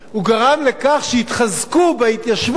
הוא גרם לכך שיתחזקו בהתיישבות,